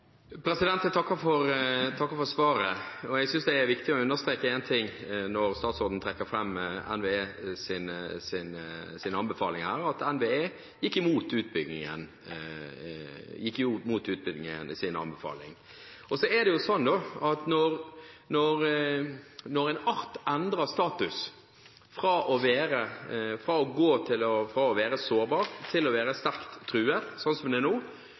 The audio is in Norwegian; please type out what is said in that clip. Jeg takker for svaret. Jeg synes det er viktig å understreke én ting når statsråden trekker fram NVEs anbefalinger her, at NVE gikk imot utbyggingen i sin anbefaling. Når en art endrer status fra å være sårbar til å være sterkt truet, som nå, er det nest siste stopp før en art